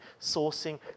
sourcing